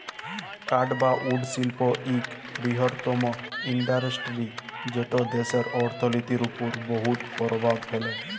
কাঠ বা উড শিল্প ইক বিরহত্তম ইল্ডাসটিরি যেট দ্যাশের অথ্থলিতির উপর বহুত পরভাব ফেলে